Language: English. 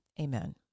Amen